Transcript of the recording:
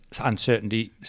uncertainty